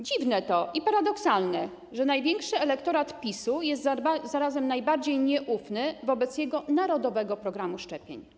Dziwne to i paradoksalne, że największy elektorat PiS-u jest zarazem najbardziej nieufny wobec jego narodowego programu szczepień.